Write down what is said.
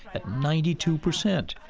at ninety two percent.